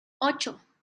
ocho